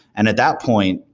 and at that point,